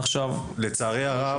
לצערי הרב,